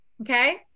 okay